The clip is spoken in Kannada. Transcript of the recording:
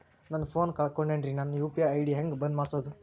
ನನ್ನ ಫೋನ್ ಕಳಕೊಂಡೆನ್ರೇ ನನ್ ಯು.ಪಿ.ಐ ಐ.ಡಿ ಹೆಂಗ್ ಬಂದ್ ಮಾಡ್ಸೋದು?